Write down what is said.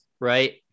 right